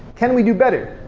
can we do better?